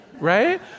right